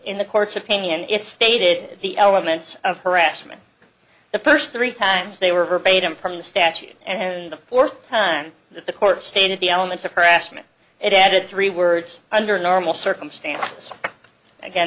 in the court's opinion it stated the elements of harassment the first three times they were verbatim from the statute and the fourth time that the court stated the elements of harassment it added three words under normal circumstances again